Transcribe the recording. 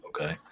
Okay